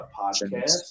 podcast